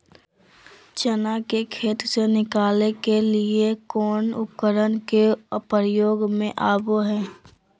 चना के खेत से निकाले के लिए कौन उपकरण के प्रयोग में आबो है?